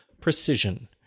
precision